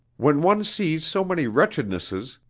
when one sees so many wretchednesses,